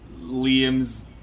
Liam's